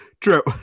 True